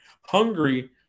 hungry